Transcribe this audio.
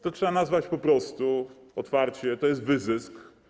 To trzeba nazwać po prostu otwarcie - to jest wyzysk.